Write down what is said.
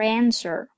answer